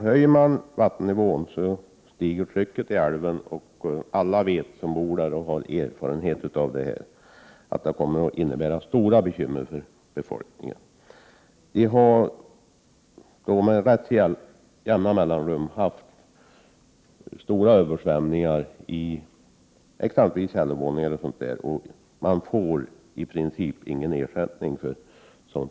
Höjer man vattennivån stiget trycket i älven, och alla som bor där och har erfarenheter av detta vet att det kommer att innebära stora bekymmer för befolkningen. Vi har med jämna mellanrum haft stora översvämningar, exempelvis i Prot. 1988/89:117 Härjeån.